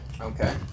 Okay